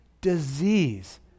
disease